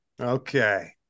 Okay